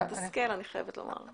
ומתסכל, אני חייבת לומר.